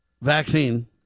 vaccine